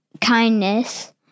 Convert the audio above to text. kindness